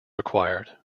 required